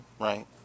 right